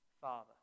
Father